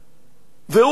והוא אסור באזיקים,